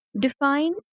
Define